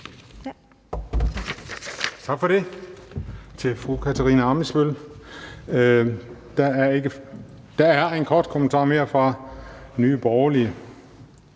Tak til fru Katarina Ammitzbøll Der er en kort kommentar mere fra Nye Borgerlige.